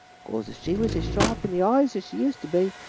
cause if she was as sharp in the eyes as she used to be,